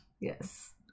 Yes